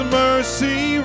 mercy